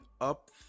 up